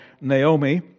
Naomi